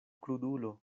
krudulo